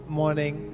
morning